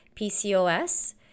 PCOS